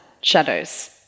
shadows